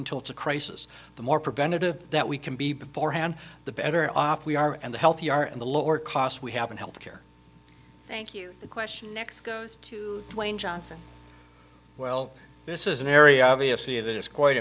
until it's a crisis the more preventative that we can be beforehand the better off we are and the healthy are and the lower costs we have in health care thank you the question next goes to wayne johnson well this is an area obviously that is quite